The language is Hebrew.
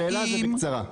השאלה זה בקצרה.